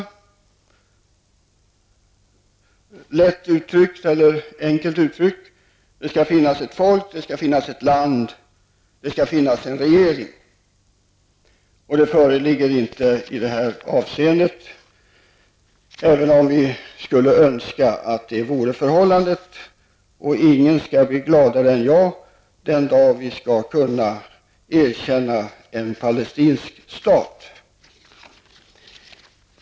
Enkelt uttryckt skall det finnas ett folk, ett land och en regering. De kraven uppfylls inte i det här fallet, även om vi skulle önska att det vore förhållandet. Ingen skall bli gladare än jag den dag vi kan erkänna en palestinsk stat.